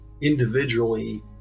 individually